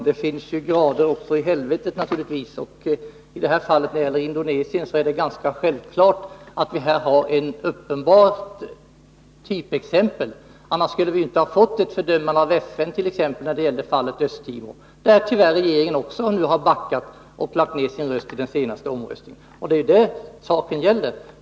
Herr talman! Det finns naturligtvis grader också i helvetet. När det gäller Indonesien är det ganska självklart att vi har ett uppenbart typexempel — annars skulle vi inte ha fått ett fördömande av FN i fallet Östtimor. Där har regeringen tyvärr nu backat och lagt ner sin röst i den senaste omröstningen. Det är det saken gäller.